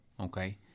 okay